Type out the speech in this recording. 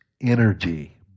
energy